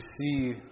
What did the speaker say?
see